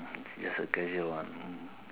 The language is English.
just a casual one